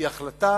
היא החלטה